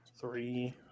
three